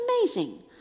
amazing